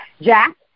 Jack